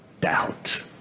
doubt